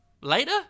Later